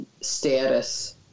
status